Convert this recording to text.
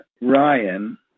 Ryan